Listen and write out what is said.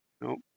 Nope